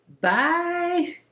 Bye